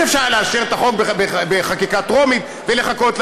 אפשר היה לאשר את החוק בחקיקה טרומית ולחכות להמשך,